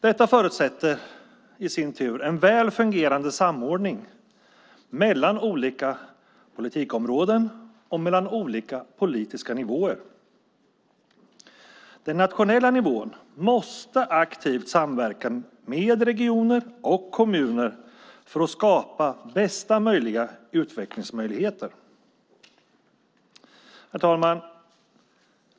Detta förutsätter i sin tur en väl fungerande samordning mellan olika politikområden och mellan olika politiska nivåer. Den nationella nivån måste aktivt samverka med regioner och kommuner för att skapa bästa möjliga utvecklingsmöjligheter. Herr talman!